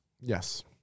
Yes